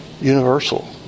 universal